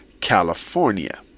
California